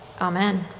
Amen